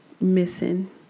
Missing